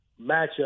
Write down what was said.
matchup